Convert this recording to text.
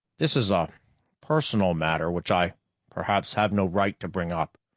this is a personal matter which i perhaps have no right to bring up.